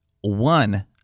one